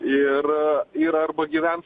ir ir arba gyvens